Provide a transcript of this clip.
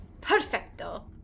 Perfecto